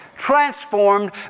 transformed